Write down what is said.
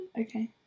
Okay